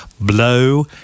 blow